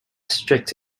strict